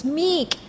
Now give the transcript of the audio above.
meek